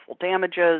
damages